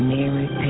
Mary